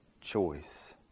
choice